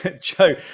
Joe